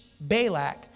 balak